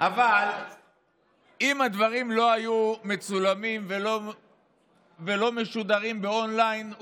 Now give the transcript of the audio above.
אבל אם הדברים לא היו מצולמים ולא משודרים און-ליין,